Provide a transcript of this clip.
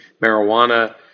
marijuana